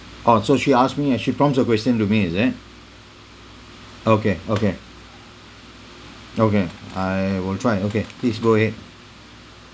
oh so she asks me ah she prompts a question to me is it okay okay okay I will try okay please go ahead